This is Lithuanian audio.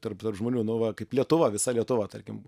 tarp žmonių nu va kaip lietuva visa lietuva tarkim